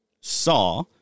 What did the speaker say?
saw